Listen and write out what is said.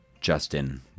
Justin